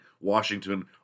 Washington